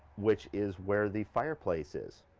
which is where the fireplace is.